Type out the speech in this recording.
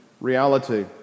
reality